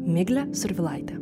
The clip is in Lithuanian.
migle survilaite